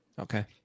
Okay